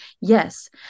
yes